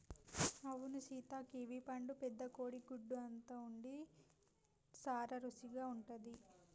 అవును సీత కివీ పండు పెద్ద కోడి గుడ్డు అంత ఉండి సాన రుసిగా ఉంటది